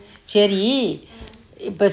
சரி இப்ப:ceri ippe